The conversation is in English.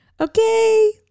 okay